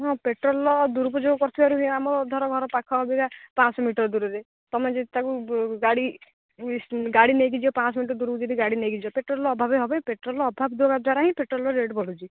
ହଁ ପେଟ୍ରୋଲର ଦୁରୁପଯୋଗ କରିଥିବାରୁ ହିଁ ଆମ ଧର ଘର ପାଖ ଅବିକା ପାଞ୍ଚଶହ ମିଟର ଦୂରରେ ତୁମେ ଯଦି ତା'କୁ ଗାଡ଼ି ଗାଡ଼ି ନେଇକି ଯିବ ପାଞ୍ଚଶହ ମିଟର ଦୂରକୁ ଯଦି ଗାଡ଼ି ନେଇକି ଯିବ ପେଟ୍ରୋଲର ଅଭାବ ହେବ ପେଟ୍ରୋଲର ଅଭାବ ହେବା ଦ୍ୱାରା ହିଁ ପେଟ୍ରୋଲର ରେଟ୍ ବଢୁଛି